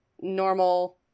normal